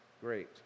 Great